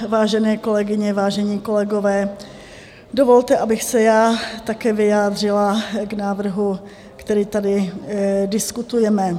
Vážené kolegyně, vážení kolegové, dovolte, abych se já také vyjádřila k návrhu, který tady diskutujeme.